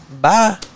Bye